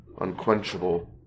unquenchable